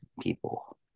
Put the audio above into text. people